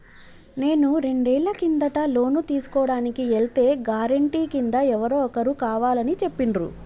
నేను రెండేళ్ల కిందట లోను తీసుకోడానికి ఎల్తే గారెంటీ కింద ఎవరో ఒకరు కావాలని చెప్పిండ్రు